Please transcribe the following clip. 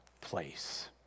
place